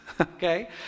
okay